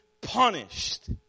punished